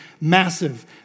massive